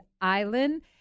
Island